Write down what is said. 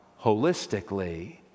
holistically